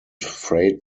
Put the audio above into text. freight